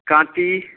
Kanti